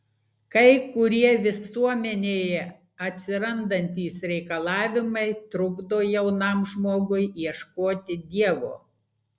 kai kurie visuomenėje atsirandantys reikalavimai trukdo jaunam žmogui ieškoti dievo